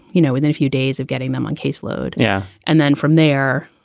you know, within a few days of getting them on caseload. yeah. and then from there,